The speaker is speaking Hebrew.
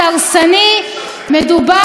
מאמר מערכת הארץ,